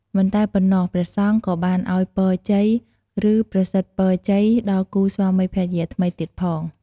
មិនតែប៉ុណ្ណោះព្រះសង្ឃក៏បានឲ្យពរជ័យ ឬប្រសិទ្ធពរជ័យ ដល់គូស្វាមីភរិយាថ្មីទៀតផង។